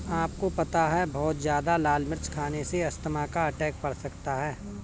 आपको पता है बहुत ज्यादा लाल मिर्च खाने से अस्थमा का अटैक पड़ सकता है?